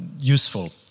useful